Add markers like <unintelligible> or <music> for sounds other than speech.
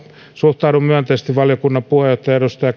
suhtaudun myönteisesti valiokunnan puheenjohtaja edustaja <unintelligible>